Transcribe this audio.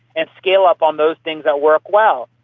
and scale up on those things that work well.